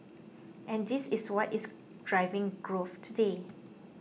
and this is what is driving growth today